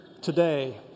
today